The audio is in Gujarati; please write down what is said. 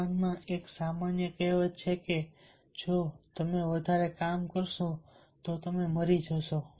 જાપાનમાં એક સામાન્ય કહેવત છે કે જો તમે વધારે કામ કરશો તો તમે મરી જશો